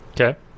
Okay